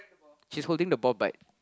she's holding the ball but